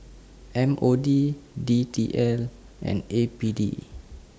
M O D D T L and A P D